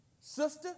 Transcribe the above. Sister